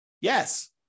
Yes